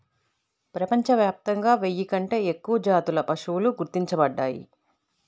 ప్రపంచవ్యాప్తంగా వెయ్యి కంటే ఎక్కువ జాతుల పశువులు గుర్తించబడ్డాయి